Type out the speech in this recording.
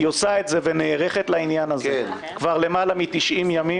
היא עושה את זה ונערכת לעניין הזה כבר למעלה מ-90 ימים.